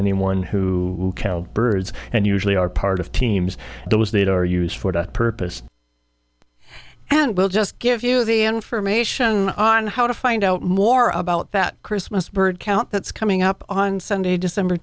anyone who count birds and usually are part of teams those that are used for the purpose and we'll just give you the information on how to find out more about that christmas bird count that's coming up on sunday december